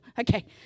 Okay